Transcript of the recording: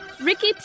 Ricky